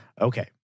Okay